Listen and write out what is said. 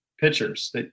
pitchers